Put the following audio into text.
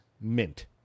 mint